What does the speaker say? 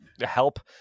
help